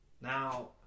Now